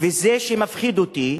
וזה שמפחיד אותי,